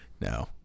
No